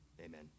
amen